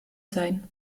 sein